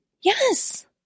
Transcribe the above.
Yes